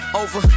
over